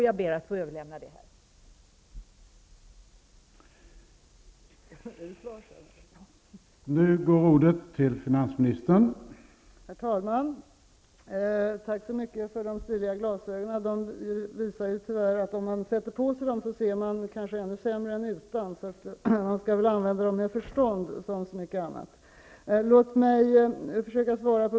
Jag ber att få överlämna glasögonen.